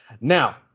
Now